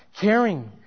caring